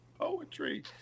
Poetry